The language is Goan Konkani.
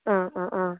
आं आं आं